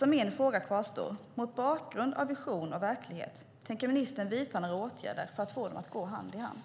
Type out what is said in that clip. Min fråga kvarstår därför: Mot bakgrund av vision och verklighet, tänker ministern vidta några åtgärder för att få dem att gå hand i hand?